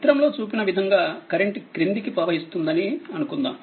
చిత్రంలో చూపిన విధంగా కరెంట్ క్రిందికి ప్రవహిస్తుందని అనుకుందాం